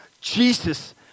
Jesus